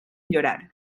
llorar